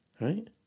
Right